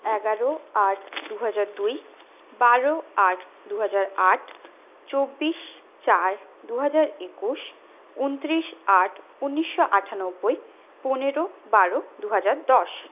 এগারো আট দুহাজার দুই বারো আট দুহাজার আট চব্বিশ চার দুহাজার একুশ উনত্রিশ আট উনিশশো আঠানব্বই পনেরো বারো দুহাজার দশ